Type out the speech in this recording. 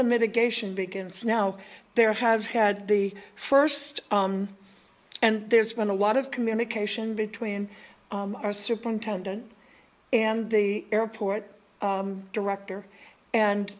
the mitigation begins now there have had the first and there's been a lot of communication between our superintendent and the airport director and